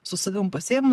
su savim pasiimi